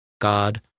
God